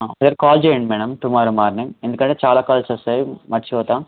రేపు కాల్ చేయండి madam tomorrow morning ఎందుకంటే చాలా కాల్స్ వస్తాయి మర్చిపోతాం